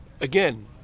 again